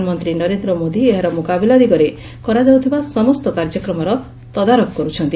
ପ୍ରଧାନମନ୍ତୀ ନରେନ୍ଦ ମୋଦି ଏହାର ମୁକାବିଲା ଦିଗରେ କରାଯାଉଥିବା ସମସ୍ତ କାର୍ଯ୍ୟକ୍ରମର ତଦାରଖ କରୁଛନ୍ତି